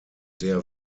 der